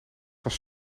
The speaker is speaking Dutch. was